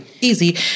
easy